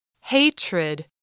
Hatred